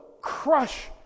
crush